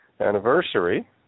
anniversary